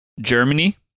Germany